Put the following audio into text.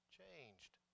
changed